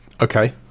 Okay